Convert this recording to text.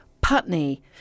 Putney